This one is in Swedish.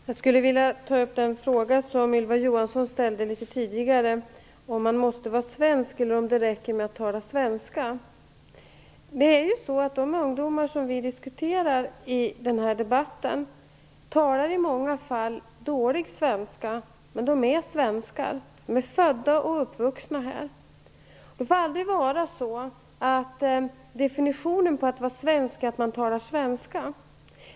Herr talman! Jag skulle vilja ta upp den fråga som Ylva Johansson ställde litet tidigare, om man måste vara svensk eller om det räcker med att tala svenska. De ungdomar som vi diskuterar i den här debatten talar i många fall dålig svenska, men de är svenskar. De är födda och uppvuxna här. Det får aldrig vara så att definitionen på att vara svensk är att man talar svenska.